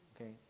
Okay